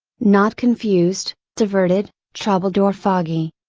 not confused, diverted, troubled or foggy.